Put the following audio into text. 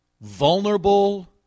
vulnerable